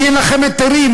אין לכם היתרים,